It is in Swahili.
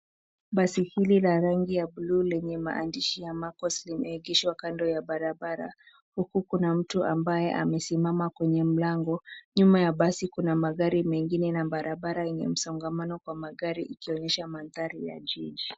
Basi hili ya rangi ya bluu lenye maandishi ya Marcos limeegeshwa kando ya barabara huku kuna mtu ambaye amesimama kwenye mlango . Nyuma ya basi kuna magari mengine na barabara enye mzongamano kwa magari ikionyesha maandari ya jiji.